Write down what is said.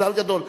מזל גדול.